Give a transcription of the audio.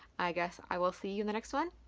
i guess i will see you in the next one!